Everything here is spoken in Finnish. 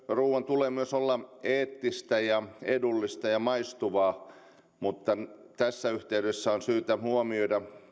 ruuan tulee myös olla eettistä edullista ja maistuvaa mutta tässä yhteydessä on syytä huomioida